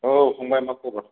औ फंबाय मा खबर